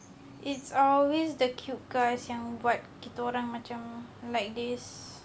it's always the cute guys yang buat kita orang macam like this